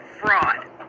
fraud